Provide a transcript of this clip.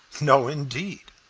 no indeed!